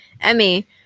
Emmy